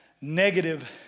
negative